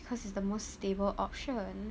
cause it's the most stable option